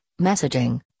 messaging